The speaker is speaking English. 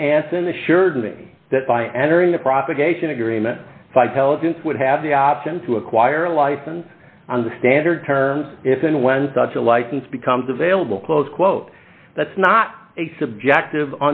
and aston assured me that by entering the propagation agreement would have the option to acquire a license on the standard terms if and when such a license becomes available close quote that's not a subjective